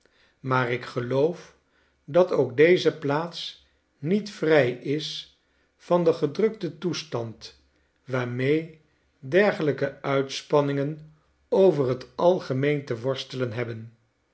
maar ik geloof dat ook deze plaats niet vrij is van den gedrukten toestand waarmee dergelijke uitspanningen over t algemeen te worstelen hebben